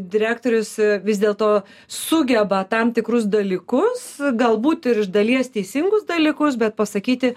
direktorius vis dėlto sugeba tam tikrus dalykus galbūt ir iš dalies teisingus dalykus bet pasakyti